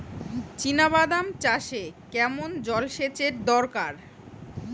চিনাবাদাম চাষে কেমন জলসেচের দরকার?